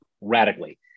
radically